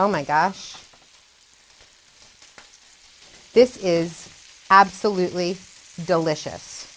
oh my god this is absolutely delicious